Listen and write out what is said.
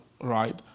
right